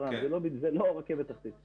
זאת טראם ולא רכבת תחתית